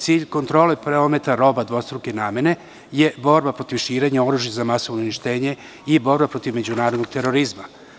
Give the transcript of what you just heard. Cilj kontrole prometa roba dvostruke namene je borba protiv širenja oružja za masovno uništenje i borba međunarodnog terorizma.